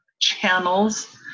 channels